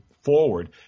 forward